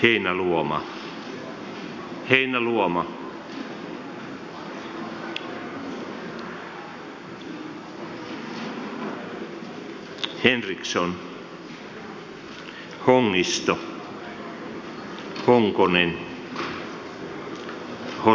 valet förrättas med slutna röstsedlar